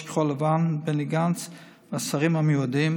כחול לבן בני גנץ ואת השרים המיועדים